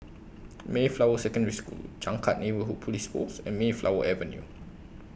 Mayflower Secondary School Changkat Neighbourhood Police Post and Mayflower Avenue